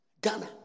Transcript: Ghana